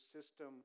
system